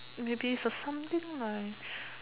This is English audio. maybe something like